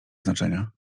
znaczenia